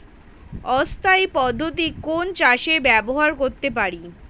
অর্ধ স্থায়ী পদ্ধতি কোন চাষে ব্যবহার করতে পারি?